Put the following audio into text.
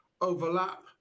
overlap